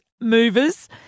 movers